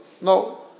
No